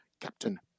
Captain